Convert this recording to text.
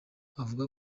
avuga